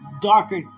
darker